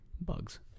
bugs